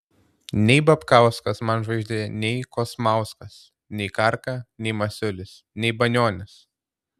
nei babkauskas man žvaigždė nei kosmauskas nei karka nei masiulis nei banionis